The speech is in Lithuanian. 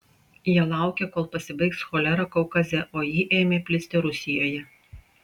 jie laukė kol pasibaigs cholera kaukaze o ji ėmė plisti rusijoje